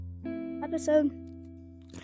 episode